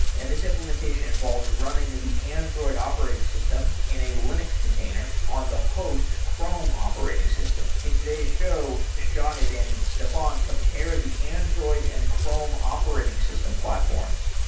and this implementation evolves running the android operating system in a linux container on the host chrome operating system. in today's show, shahid and stefan compare the android and chrome operating system platforms.